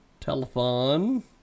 telephone